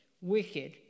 wicked